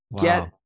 Get